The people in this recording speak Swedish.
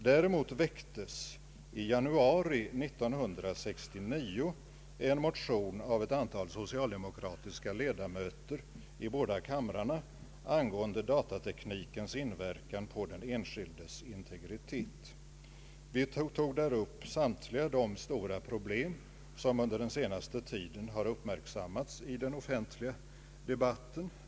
Däremot väcktes i januari 1969 en motion av ett antal socialdemokratiska ledamöter i båda kamrarna angående datateknikens inverkan på den enskildes integritet. Vi tog där upp samtliga de stora problem som under den senaste tiden har uppmärksammats i den offentliga debatten.